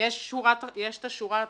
יש את השורה התחתונה,